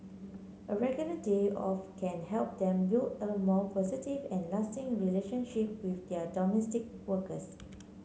a regular day off can help them build a more positive and lasting relationship with their domestic workers